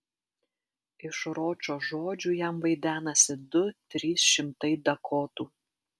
iš ročo žodžių jam vaidenasi du trys šimtai dakotų